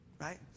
Right